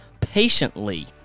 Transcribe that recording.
patiently